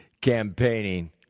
campaigning